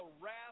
wrath